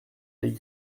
les